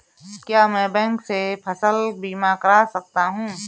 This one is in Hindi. क्या मैं बैंक से फसल बीमा करा सकता हूँ?